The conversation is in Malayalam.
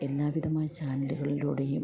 എല്ലാവിധമായ ചാനലുകളിലൂടെയും